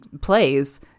plays